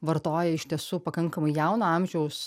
vartoja iš tiesų pakankamai jauno amžiaus